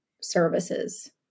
services